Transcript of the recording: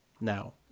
now